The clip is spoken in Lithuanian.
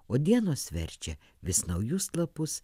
o dienos verčia vis naujus lapus